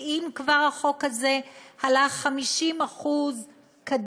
ואם כבר החוק הזה עלה 50% קדימה,